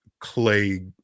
clay